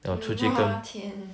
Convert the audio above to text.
零花钱